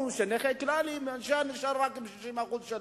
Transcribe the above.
זה שהוא נכה כללי נשאר רק עם ה-60% שלו.